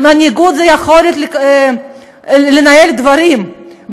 מנהיגות זאת היכולת לנהל דברים,